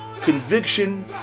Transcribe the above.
conviction